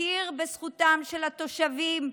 הכיר בזכותם של התושבים,